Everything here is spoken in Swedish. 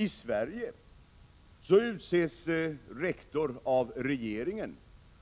I Sverige utses rektor av regeringen efter förslag av högskolestyrelsen,